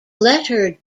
letter